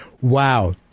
Wow